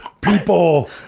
people